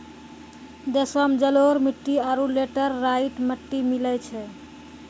देशो मे जलोढ़ मट्टी आरु लेटेराइट मट्टी मिलै छै